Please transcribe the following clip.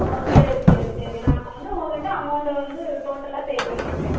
ஓ சரி சரி சரி நான் வந்து உங்கள்க் கிட்டே அமௌண்ட்டு வந்து டோட்டலாக பே பண்ணிடுதேன்